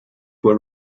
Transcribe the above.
were